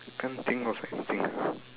can't think of anything